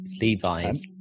Levi's